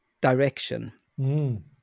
direction